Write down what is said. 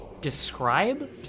describe